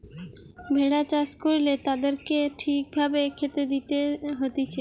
ভেড়া চাষ করলে তাদেরকে ঠিক ভাবে খেতে দিতে হতিছে